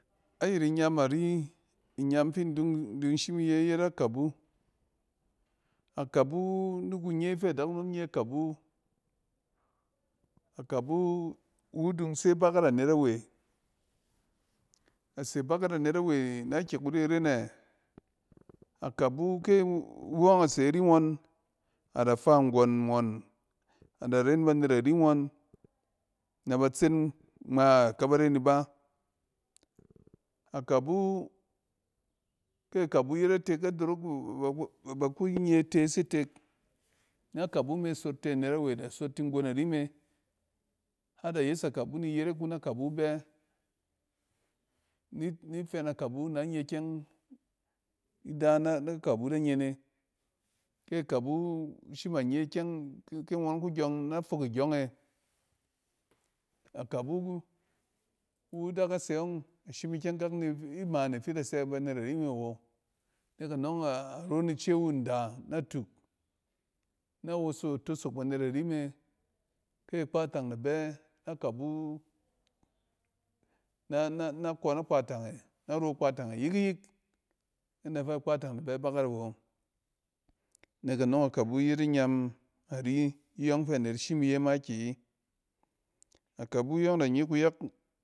Ayɛt inyam ari, inyam fi in dun dun shim iye yet akabu. Akabu ni kun ye fɛ adakunom nye kabu. Akabu, i wu dun se bakat na net awe. A se bakat na net awe. A se bakat na net awe na ki kuri iren ɛakabu ke i-iwu ɔng ase ri ngɔn ada fa nggɔn ngɔn ada ren banet ari ngɔn nɛ ba sten ngma akaba ren iba. Akabu kɛ akabu yet atek a dorok baku nye itees itek, nɛ kabu me sot tɛ anetawe da sot ti nggon arime. Har da yes akabu ni iyerek wu nɛ kabu bɛ. Ni fɛ na kabu nan ye ky ng ida na kabu da nye ne. kɛ akabu shim anye ikyɛng ki-ki ngɔn ku gyɔng nɛ fok igyɔng e. Akabu, iwu da ka se ɔng ashim ikyɛng kak imaane fi da sɛ banet arime wo. Nek anɔng a ro n ice wu nda natuk na woso tosok banet arime. kɛ akpatang da bɛ na kabu na-na kɔn akpatang e na ro kpatang e yik yik in da fɛ akpatang da bɛ bakat awo. Nek anɔng fɛ anet shim iye makiyi akabu yɔng da nye kuyak.